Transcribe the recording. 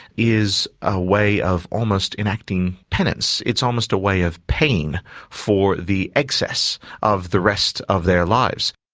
is a way of almost enacting penance. it's almost a way of paying for the excess of the rest of their lives.